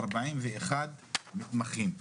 ארבעים ואחד מתמחים,